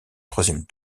troisième